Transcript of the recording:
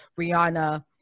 Rihanna